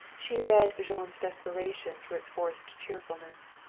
she read jean's desperation through its forced cheerfulness.